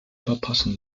verpassen